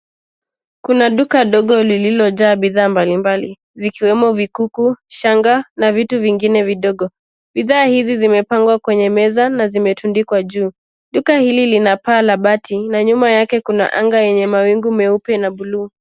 Kuna duka ndogo liliojaa bidhaa mbalimbali zikiwemo mikuku, shanga na vitu vingine vidogo. Bidhaa izi zimepangwa kwenye meza na zimetundikwa juu. Duka hili lina paa la bati na nyuma yake kuna anga yenye mawingu meupe na buluu.